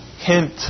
hint